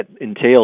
entails